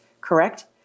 correct